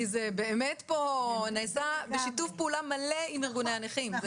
כי זה באמת נעשה פה בשיתוף פעולה מלא עם ארגוני הנכים.